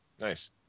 Nice